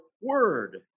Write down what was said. word